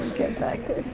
get back to